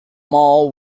mall